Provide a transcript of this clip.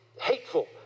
hateful